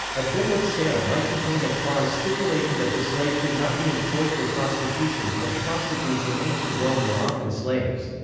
a bill of sale might contain a clause stipulating that the slave could not be employed for prostitution, as prostitutes in ancient rome were often slaves.